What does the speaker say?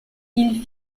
ils